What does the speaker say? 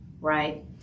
right